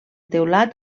teulat